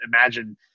imagine